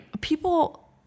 people